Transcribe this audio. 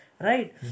right